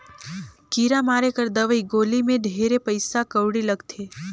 कीरा मारे कर दवई गोली मे ढेरे पइसा कउड़ी लगथे